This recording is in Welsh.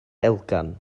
elgan